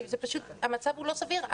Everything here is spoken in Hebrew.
המצב הוא לא סביר.